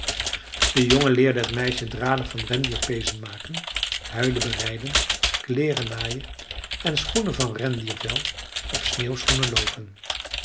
de jongen leerde het meisje draden van rendierpeezen maken huiden bereiden kleeren naaien en schoenen van rendiervel op sneeuwschoenen loopen